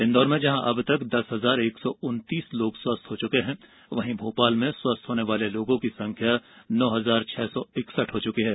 इंदौर में जहां अब तक दस हजार एक सौ उन्तीस लोग स्वस्थ हो चुके हैं वहीं भोपाल में स्वस्थ होने वाले लोगों की संख्या नौ हजार छह सौ इकसठ है